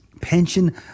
pension